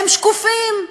הם שקופים,